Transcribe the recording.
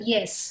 Yes